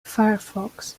firefox